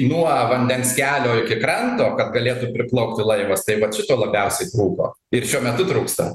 nuo vandens kelio iki kranto kad galėtų priplaukti laivas taip vat šito labiausiai trūko ir šiuo metu trūksta